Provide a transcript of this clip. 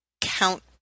count